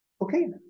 okay